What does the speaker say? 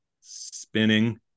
spinning